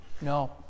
No